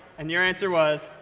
and your answer was?